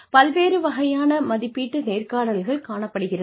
பல்வேறு வகையான மதிப்பீட்டு நேர்காணல்கள் காணப்படுகிறது